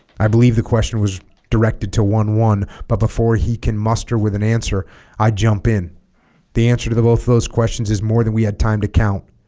i believe the question was directed to one one but before he can muster with an answer i jump in the answer to both of those questions is more than we had time to count